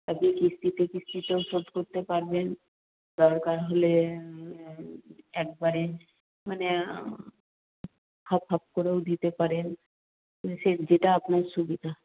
আপনি কিস্তিতে কিস্তিতেও শোধ করতে পারবেন দরকার হলে একবারে মানে হাফ হাফ করেও দিতে পারেন সে যেটা আপনার সুবিধা